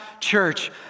church